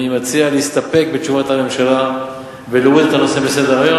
אני מציע להסתפק בתגובת הממשלה ולהוריד את הנושא מסדר-היום,